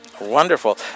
Wonderful